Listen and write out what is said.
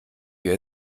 wir